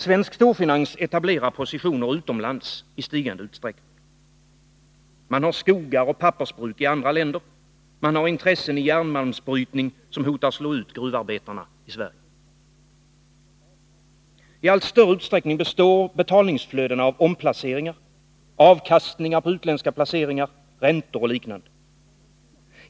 Svensk storfinans etablerar positioner utomlands i stigande utsträckning, man har skogar och pappersbruk i andra länder, man har intressen i järnmalmsbrytning som hotar slå ut gruvarbetarna i Sverige. I allt större utsträckning består betalningsflödena av omplaceringar, avkastningar på placeringar, räntor och liknande.